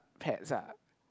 pets ah